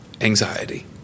anxiety